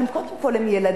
אבל קודם כול הם ילדים.